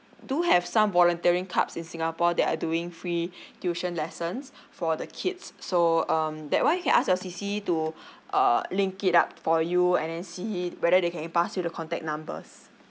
do have some volunteering cups in singapore that are doing free tuition lessons for the kids so um that one can ask your C_C to uh link it up for you and then see whether they can pass you the contact numbers